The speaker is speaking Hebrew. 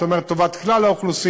זאת אומרת, טובת כלל האוכלוסייה.